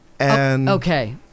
Okay